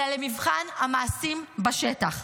אלא למבחן המעשים בשטח.